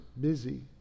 busy